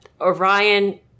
Orion